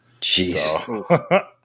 Jeez